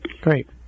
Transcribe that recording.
Great